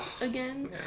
again